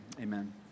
amen